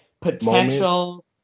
potential